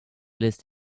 list